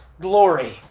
glory